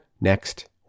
next